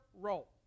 role